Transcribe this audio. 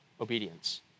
obedience